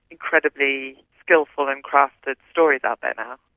incredibly skilful and crafted stories out there now.